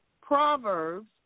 Proverbs